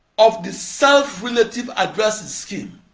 of the self-relative addressing scheme,